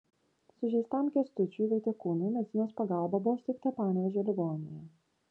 sužeistam kęstučiui vaitiekūnui medicinos pagalba buvo suteikta panevėžio ligoninėje